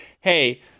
hey